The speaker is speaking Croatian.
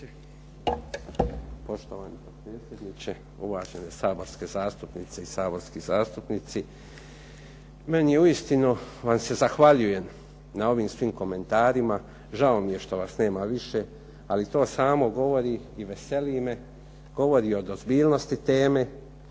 Poštovani potpredsjedniče, uvažene saborske zastupnice i saborski zastupnici. Meni je uistinu, vam se zahvaljujem na ovim svim komentarima. Žao mi je što vas nema više, ali to samo govori i veseli me, govori od ozbiljnosti teme,